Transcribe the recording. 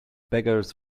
beggars